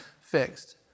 fixed